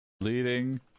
leading